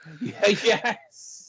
Yes